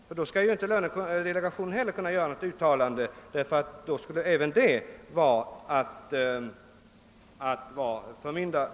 Lönedelegationen skulle i så fall inte heller kunna göra något uttalande eftersom även det skulle innebära ett förmynderskap.